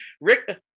Rick